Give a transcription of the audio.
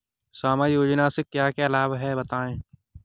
सामाजिक योजना से क्या क्या लाभ हैं बताएँ?